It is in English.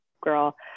girl